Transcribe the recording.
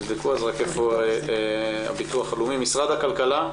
משרד הכלכלה,